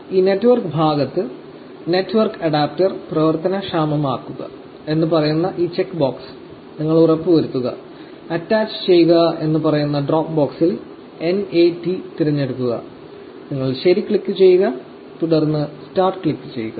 ഈ നെറ്റ്വർക്ക് ഭാഗത്ത് network adapter പ്രവർത്തനക്ഷമമാക്കുക എന്ന് പറയുന്ന ഈ ചെക്ക് ബോക്സ് നിങ്ങൾ ഉറപ്പുവരുത്തുക അറ്റാച്ചുചെയ്യുക എന്ന് പറയുന്ന ഡ്രോപ്പ് ബോക്സിൽ NAT തിരഞ്ഞെടുക്കുക നിങ്ങൾ ശരി ക്ലിക്കുചെയ്യുക തുടർന്ന് 'സ്റ്റാർട്ട്' ക്ലിക്കുചെയ്യുക